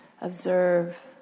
observe